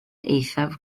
eithaf